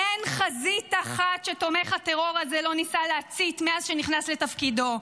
אין חזית אחת שתומך הטרור הזה לא ניסה להצית מאז שנכנס לתפקידו,